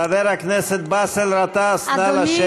חבר הכנסת באסל גטאס, נא לשבת.